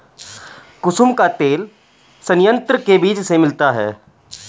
कुसुम का तेल संयंत्र के बीज से मिलता है